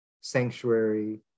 sanctuary